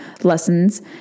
lessons